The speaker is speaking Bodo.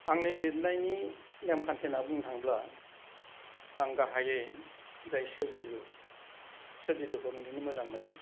आंनि लिरनायनि नेमखान्थि होन्ना बुंनो थाब्ला आं गाहायै जाय सोरजिलु सोरजिलुुखौ आं लिरनो मोजां मोनो